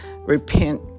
repent